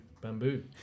Bamboo